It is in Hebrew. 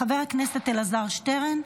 חבר הכנסת אלעזר שטרן.